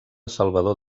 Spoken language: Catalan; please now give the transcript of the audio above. salvador